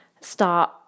start